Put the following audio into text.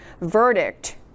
verdict